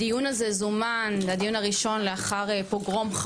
הדיון הזה זומן לדיון הראשון לאחר פוגרום,